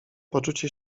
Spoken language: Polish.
poczucie